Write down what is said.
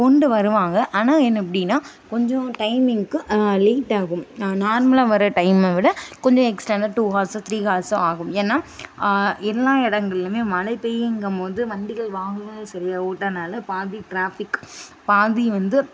கொண்டு வருவாங்க ஆனால் என்ன எப்படின்னா கொஞ்சம் டைமிங்க்கு லேட்டாகும் நார்மலாக வர டைமை விட கொஞ்சம் எக்ஸ்ட்ரா இந்தமாதிரி டூ ஹார்ஸ்ஸு த்ரீ ஹார்ஸ்ஸு ஆகும் ஏன்னால் எல்லா இடங்கள்லைமே மழை பெய்யுங்கும் போது வண்டிகள் வாகனங்கள் செல்ல ஓட்டனால் பாதி ட்ராஃபிக் பாதி வந்து